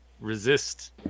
resist